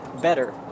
better